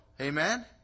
Amen